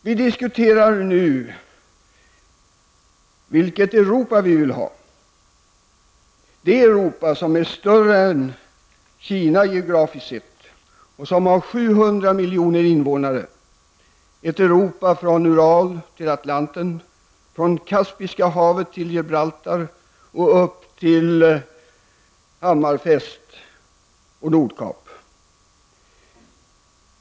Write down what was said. Vi diskuterar nu vilket Europa vi vill ha -- det Europa som geografiskt sett är större än Kina och som har 700 miljoner invånare, ett Europa från Ural till Atlanten, från Kaspiska havet till Gibraltar och upp till Hammerfest och Nordkapp.